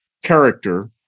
Character